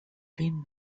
pin